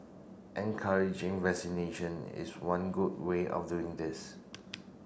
encouraging vaccination is one good way of doing this